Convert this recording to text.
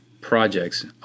projects